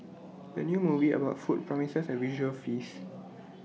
the new movie about food promises A visual feast